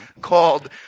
called